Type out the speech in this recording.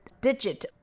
digit